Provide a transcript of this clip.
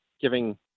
giving